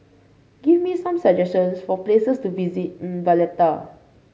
give me some suggestions for places to visit in Valletta